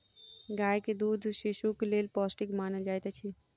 गाय के दूध शिशुक लेल पौष्टिक मानल जाइत अछि